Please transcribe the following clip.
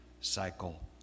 cycle